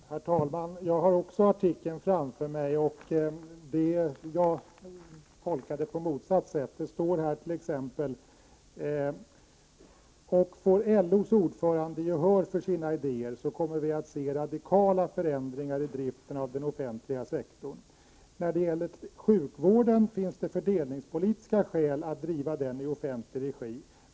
Herr talman! Jag har också artikeln framför mig, och jag tolkar den på motsatt sätt. Det står t.ex.: ”Och får LOs ordförande gehör för sina idéer, så kommer vi att se radikala förändringar i driften av den offentliga sektorn: "När det gäller sjukvården finns det fördelningspolitiska skäl för att driva den i offentlig regi.